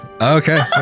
Okay